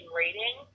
rating